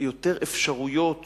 אפשרויות